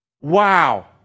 Wow